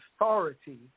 authority